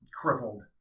crippled